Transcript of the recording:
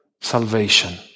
salvation